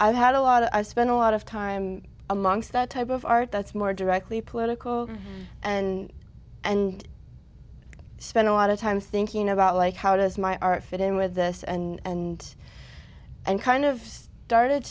i had a lot i spent a lot of time amongst that type of art that's more directly political and and spend a lot of time thinking about like how does my art fit in with this and and kind of started